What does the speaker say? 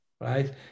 right